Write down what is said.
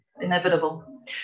inevitable